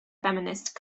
feminist